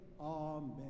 Amen